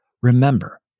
Remember